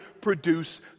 produce